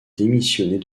démissionner